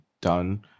done